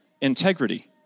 Integrity